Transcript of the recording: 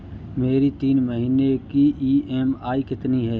मेरी तीन महीने की ईएमआई कितनी है?